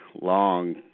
long